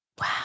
Wow